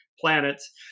planets